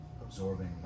absorbing